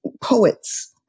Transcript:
poets